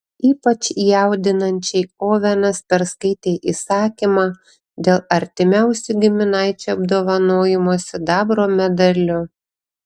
ypač jaudinančiai ovenas perskaitė įsakymą dėl artimiausių giminaičių apdovanojimo sidabro medaliu